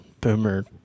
boomer